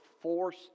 force